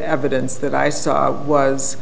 evidence that i saw was